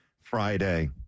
Friday